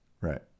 Right